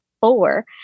four